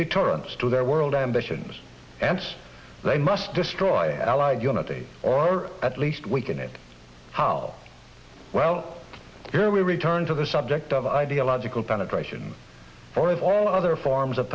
deterrence to their world ambitions and they must destroy allied unity or at least we can it how well here we return to the subject of ideological penetration or if all other forms of